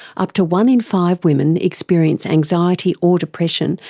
up to one in five women experience anxiety or depression,